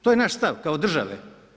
To je naš stav, kao države.